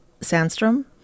Sandstrom